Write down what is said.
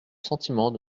sentiment